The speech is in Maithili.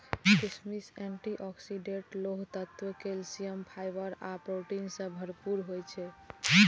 किशमिश एंटी ऑक्सीडेंट, लोह तत्व, कैल्सियम, फाइबर आ प्रोटीन सं भरपूर होइ छै